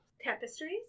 tapestries